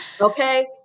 okay